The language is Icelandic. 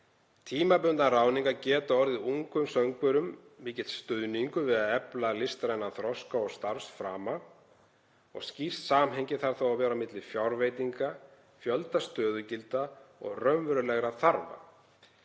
Tímabundnar ráðningar geta orðið ungum söngvurum mikill stuðningur við að efla listrænan þroska og starfsframa og skýrt samhengi þarf þá að vera á milli fjárveitinga, fjölda stöðugilda og raunverulegra þarfa.